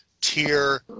tier